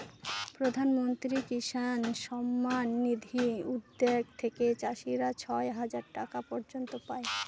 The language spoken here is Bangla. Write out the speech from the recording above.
প্রধান মন্ত্রী কিষান সম্মান নিধি উদ্যাগ থেকে চাষীরা ছয় হাজার টাকা পর্য়ন্ত পাই